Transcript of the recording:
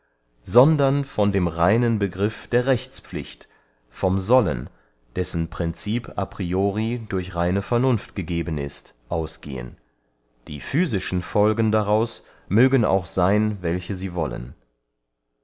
sondern von dem reinen begriff der rechtspflicht vom sollen dessen princip a priori durch reine vernunft gegeben ist ausgehen die physische folgen daraus mögen auch seyn welche sie wollen